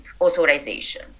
authorization